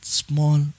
small